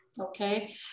okay